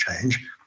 change